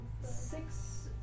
Six